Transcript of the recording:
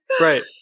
Right